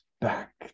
back